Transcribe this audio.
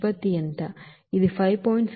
ఇది 5